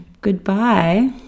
Goodbye